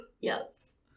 Yes